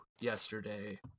yesterday